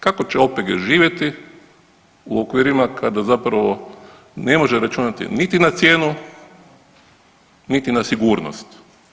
Kako će OPG živjeti u okvirima kada zapravo ne može računati niti na cijenu niti na sigurnost?